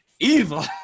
Evil